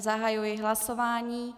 Zahajuji hlasování.